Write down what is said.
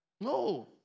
No